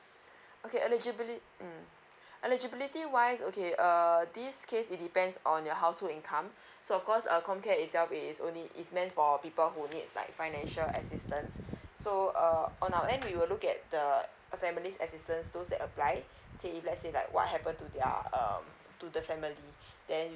okay elegibly mm actually wise okay err this case it depends on your household income so of course uh com care itself is only is meant for people who needs like financial assistance so uh on our end we will look at the family's assistance those that apply okay let's say like what happen to their um to the family then